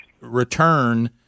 return